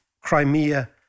Crimea